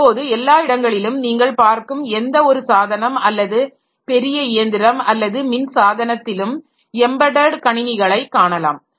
இப்போது எல்லா இடங்களிலும் நீங்கள் பார்க்கும் எந்த ஒரு சாதனம் அல்லது பெரிய இயந்திரம் அல்லது மின் சாதனத்திலும் எம்படட் கணினிகளை காணலாம்